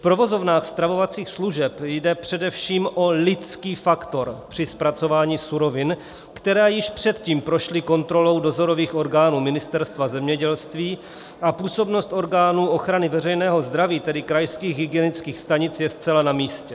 V provozovnách stravovacích služeb jde především o lidský faktor při zpracování surovin, které již předtím prošly kontrolou dozorových orgánů Ministerstva zemědělství, a působnost orgánů ochrany veřejného zdraví, tedy krajských hygienických stanic, je zcela namístě.